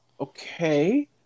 Okay